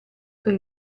per